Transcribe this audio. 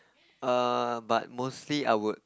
err but mostly I would